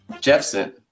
Jeffson